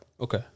Okay